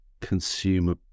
consumer